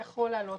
יכול לעלות.